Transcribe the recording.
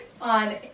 on